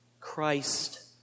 Christ